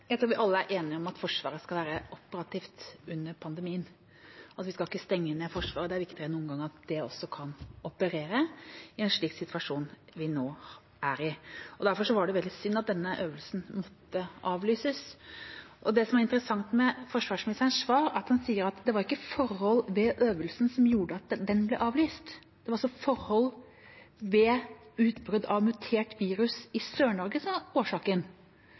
Jeg tror vi alle er enige om at Forsvaret skal være operativt under pandemien. Vi skal ikke stenge ned Forsvaret. Det er viktigere enn noen gang at det også kan operere i en slik situasjon vi nå er i. Derfor var det veldig synd at denne øvelsen måtte avlyses. Det som er interessant med forsvarsministerens svar, er at han sier at det var ikke forhold ved øvelsen som gjorde at den ble avlyst. Det var forhold ved utbrudd av mutert virus i Sør-Norge som var årsaken